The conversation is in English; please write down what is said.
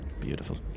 beautiful